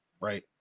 right